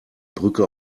brücke